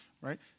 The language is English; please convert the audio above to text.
right